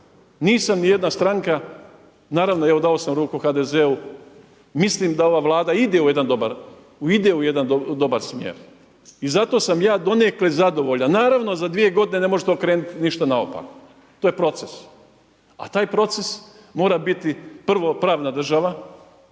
Nisam ni jedna stranka, naravno evo dao sam ruku HDZ-u, mislim da ova Vlada ide u jedan dobar smjer i zato sam ja donekle zadovoljan. Naravno za 2 godine ne možete okrenuti ništa naopako, to je proces. A taj proces mora biti prvo pravna država,